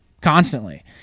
constantly